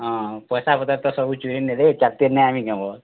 ହଁ ପଏସା ପତର୍ ତ ସବୁ ଚୁରେଇ ନେଲେ